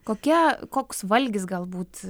kokia koks valgis galbūt